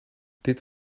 dit